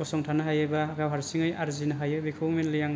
गसंथानो हायोबा गाव हारसिङै आरजिनो हायो बेखौ मेनलि आं